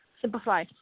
Simplify